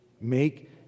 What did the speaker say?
Make